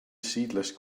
seedless